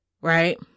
right